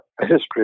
history